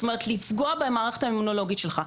זאת אומרת לפגוע במערכת האימונולוגית שלך.